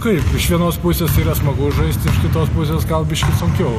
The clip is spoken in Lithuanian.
kaip iš vienos pusės yra smagu žaisti iš kitos pusės gal biškį sunkiau